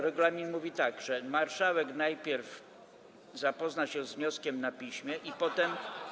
Regulamin mówi, że marszałek najpierw zapozna się z wnioskiem na piśmie, a potem.